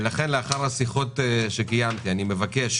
לאחר השיחות שקיימתי אני מבקש